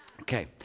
Okay